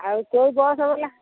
ଆଉ କେଉଁ ବସ୍ ବାଲା